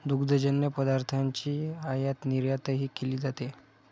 दुग्धजन्य पदार्थांची आयातनिर्यातही केली जाते